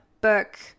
book